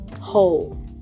whole